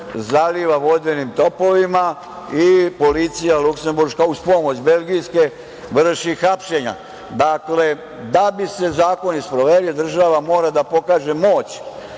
zaliva vodenim topovima i policija luksemburška uz pomoć belgijske vrši hapšenja. Dakle, da bi se zakoni sproveli država mora da pokaže moć,